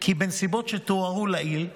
כי בנסיבות שתוארו לעיל,